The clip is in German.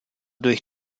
durch